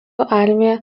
armija